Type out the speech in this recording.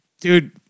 Dude